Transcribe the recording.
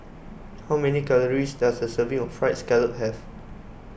how many calories does a serving of Fried Scallop have